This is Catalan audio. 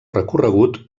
recorregut